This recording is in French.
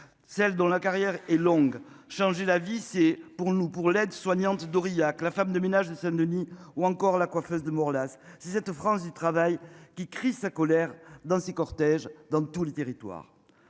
celle dont la carrière est longue. Changer la vie, c'est pour nous pour l'aide-soignante d'Aurillac. La femme de ménage de Saint-Denis ou encore la coiffeuse de mort là si cette France du travail qui crie sa colère dans ces cortèges dans tous les territoires.